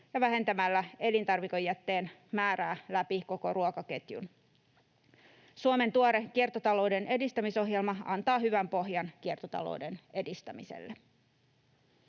ja vähentämällä elintarvikejätteen määrää läpi koko ruokaketjun. Suomen tuore kiertotalouden edistämisohjelma antaa hyvän pohjan kiertotalouden edistämiselle.